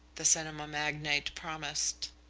the cinema magnate promised.